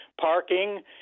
parking